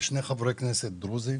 שני חברי כנסת דרוזים